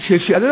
שניקח.